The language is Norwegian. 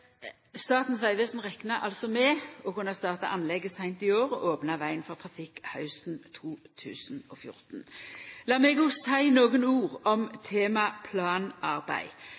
reknar altså med å kunna starta anlegget seint i år og opna vegen for trafikk hausten 2014. Lat meg òg seia nokre ord om temaet planarbeid,